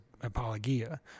apologia